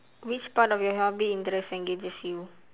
which part of your hobby interests engages you